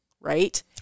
right